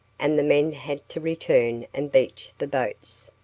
and the men had to return and beach the boats.